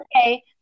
okay